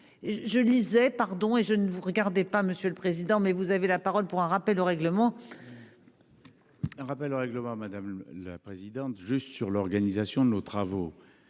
je lisais pardon et je ne vous regardez pas Monsieur le Président. Mais vous avez la parole pour un rappel au règlement. Un rappel au règlement, madame la présidente. Juste sur l'organisation de nos travaux